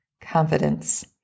confidence